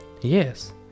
Yes